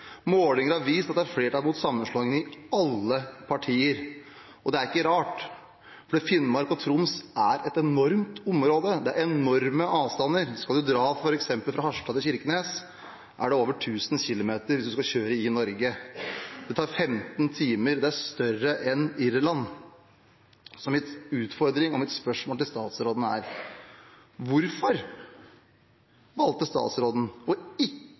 Målinger har vist at det er flertall mot sammenslåingen i alle partier. Og det er ikke rart, for Finnmark og Troms er et enormt område. Det er enorme avstander. Skal man dra f.eks. fra Harstad til Kirkenes, er det over 1 000 kilometer hvis man skal kjøre i Norge. Det tar 15 timer. Det er større enn Irland. Min utfordring og mitt spørsmål til statsråden er: Hvorfor valgte statsråden ikke å